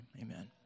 amen